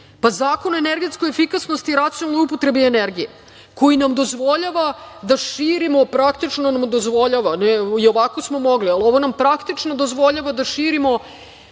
o energetskoj efikasnosti i racionalnoj upotrebi energije koji nam dozvoljava da širimo, praktično nam dozvoljava, i ovako smo mogli, ali ovo nam praktično dozvoljava da širimo